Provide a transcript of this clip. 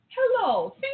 Hello